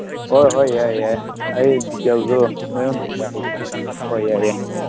ꯍꯣꯏ ꯍꯣꯏ ꯌꯥꯏ ꯌꯥꯏ ꯑꯦ ꯗꯤꯇꯦꯜꯗꯨ ꯅꯣꯏꯉꯣꯟꯗ ꯊꯥꯕꯤꯒꯦ ꯍꯣꯏ ꯌꯥꯏ ꯌꯥꯏ